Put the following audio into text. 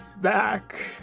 back